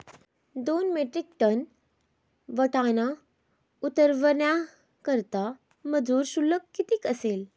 दोन metric ton वाटाणा उतरवण्याकरता मजूर शुल्क किती असेल?